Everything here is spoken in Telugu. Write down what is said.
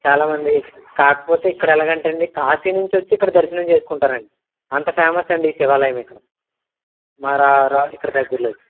చాలామంది కాకపోతే ఇక్కడ ఎలాగ అంటే అండి కాశీ నుంచి వచ్చి ఇక్కడ దర్శనం చేసుకుంటారు అండి అంత ఫేమస్ అండి ఈ శివాలయం ఇక్కడ మా రా రా ఇక్కడ దగ్గరలో